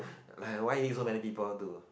like why need so many people to